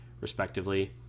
respectively